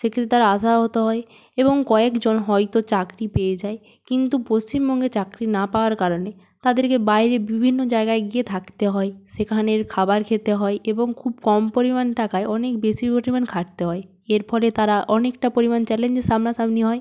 সেক্ষত্তে তারা আশাহত হয় এবং কয়েকজন হয়তো চাকরি পেয়ে যায় কিন্তু পশ্চিমবঙ্গে চাকরি না পাওয়ার কারণে তাদেরকে বাইরে বিভিন্ন জায়গায় গিয়ে থাকতে হয় সেখানের খাবার খেতে হয় এবং খুব কম পরিমাণ টাকায় অনেক বেশি পরিমাণ খাটতে হয় এর ফলে তারা অনেকটা পরিমাণ চ্যালেঞ্জের সামনাসামনি হয়